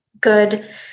good